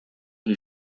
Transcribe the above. who